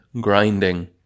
grinding